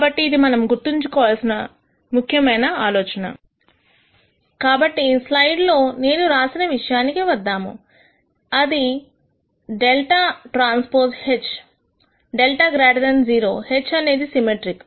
కాబట్టిఇది మనము గుర్తుంచుకోవలసిన ముఖ్యమైన ఆలోచన కాబట్ట స్లైడ్ లో నేను రాసిన విషయానికి వద్దాము అది δT H δ 0 H అనేది సిమెట్రిక్